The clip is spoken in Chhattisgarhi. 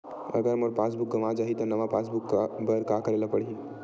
अगर मोर पास बुक गवां जाहि त नवा पास बुक बर का करे ल पड़हि?